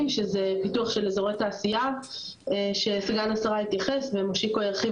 שזה פיתוח של אזורי תעשייה שסגן השרה התייחס ומושיקו ירחיב